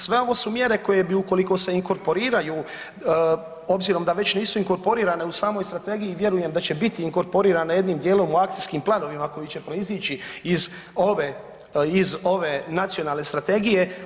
Sve ovo su mjere koje bi ukoliko se inkorporiraju obzirom da već nisu inkorporirane u samoj strategiji vjerujem da će biti inkorporirane jednim dijelom u akcijskim planovima koji će proizići iz ove Nacionalne strategije.